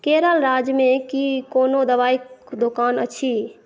केरल राज्यमे की कोनो दवाइके दोकान अछि